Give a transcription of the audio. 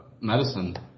medicine